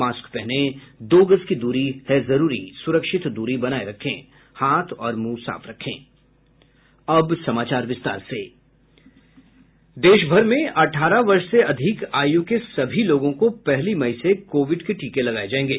mask पहनें दो गज दूरी है जरूरी सुरक्षित दूरी बनाये रखें हाथ और मुंह साफ रखें देश भर में अठारह वर्ष से अधिक आयु के सभी लोगों को पहली मई से कोविड के टीके लगाये जायेंगे